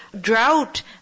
drought